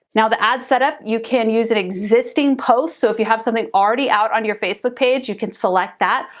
now, the ad set up, you can use an existing post. so if you have something already out on your facebook page, you can select that,